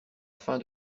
fin